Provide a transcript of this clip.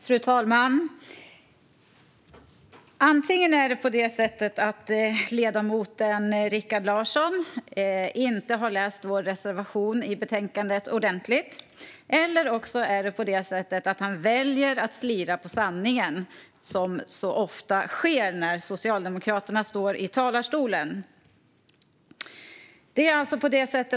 Fru talman! Antingen har ledamoten Rikard Larsson inte läst vår reservation i betänkandet ordentligt, eller så väljer han att slira på sanningen som så ofta sker när Socialdemokraterna står i talarstolen.